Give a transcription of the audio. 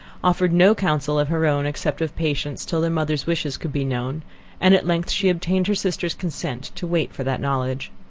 offered no counsel of her own except of patience till their mother's wishes could be known and at length she obtained her sister's consent to wait for that knowledge.